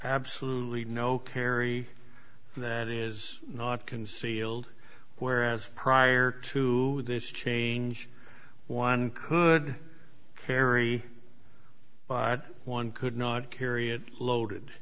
absolutely no carry that is not concealed whereas prior to this change one could carry but one could not carry it loaded